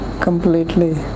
completely